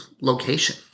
location